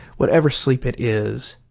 whatever sleep it is.